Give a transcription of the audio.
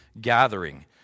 gathering